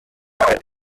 ffordd